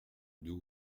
deux